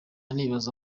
nibaza